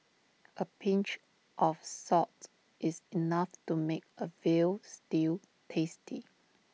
A pinch of salt is enough to make A Veal Stew tasty